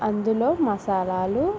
అందులో మసాలాలు